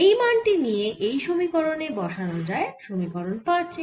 এই মান টি নিয়ে এই সমীকরণে বসানো যায় সমীকরণ পাঁচে